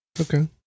okay